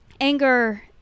anger